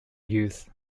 youth